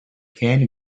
can